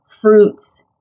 fruits